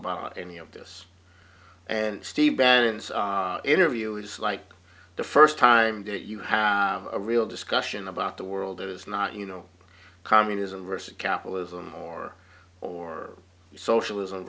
about any of this and steve balance interview is like the first time that you have a real discussion about the world as not you know communism versus capitalism or or socialism